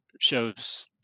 shows